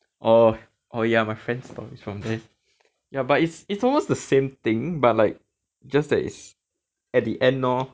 oh oh ya my friend is from there ya but it's it's almost the same thing but like just that is at the end lor